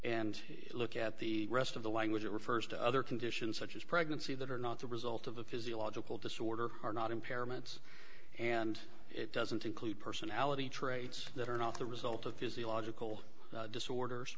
and look at the rest of the language it refers to other conditions such as pregnancy that are not the result of a physiological disorder or not impairments and it doesn't include personality traits that are not the result of physiological disorders